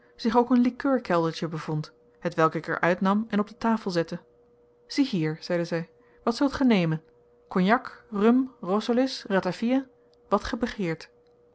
zich ook een likeurkeldertje bevond hetwelk ik er uitnam en op de tafel zette ziehier zeide zij wat zult gij nemen cognac rum rosolis ratafia wat